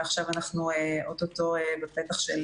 ועכשיו אנחנו אוטוטו בפתח של